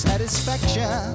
Satisfaction